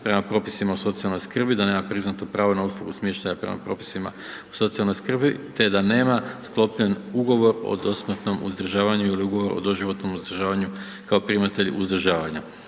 prema propisima o socijalnoj skrbi, da nema priznato pravo na uslugu smještaja prema propisima o socijalnoj skrbi te da nema sklopljen ugovor o dosmrtnom uzdržavanju ili ugovor o doživotnom uzdržavanju kao primatelj uzdržavanja.